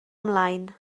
ymlaen